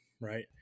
right